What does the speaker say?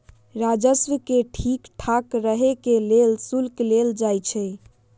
राजस्व के ठीक ठाक रहे के लेल शुल्क लेल जाई छई